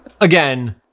Again